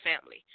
family